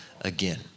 again